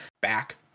back